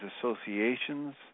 associations